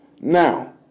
Now